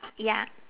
ya